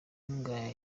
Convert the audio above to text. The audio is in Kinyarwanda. nkunga